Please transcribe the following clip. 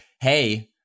hey